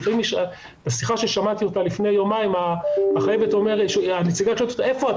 בשיחה ששמעתי לפני יומיים הנציגה שאלה 'איפה את,